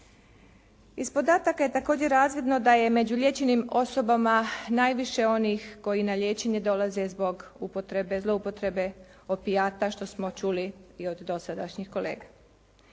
Iz podataka je također razvidno da je među liječenim osobama najviše onih koji na liječenje dolaze zbog upotrebe, zloupotrebe opijata što smo čuli i od dosadašnjih kolega.